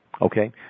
Okay